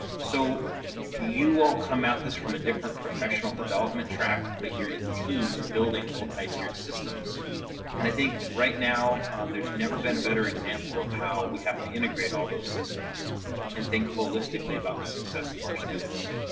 so you will come at this from a different professional development track. but you're in teams building multitiered systems and i think right now there's never been a better example of how we have to integrate all those systems and think holistically about the success of our students.